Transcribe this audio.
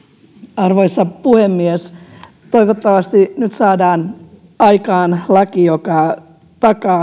arvoisa puhemies toivottavasti nyt saadaan aikaan laki joka takaa